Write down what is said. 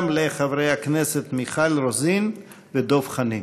וגם לחברי הכנסת מיכל רוזין ודב חנין.